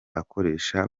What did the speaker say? akoresha